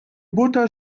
butter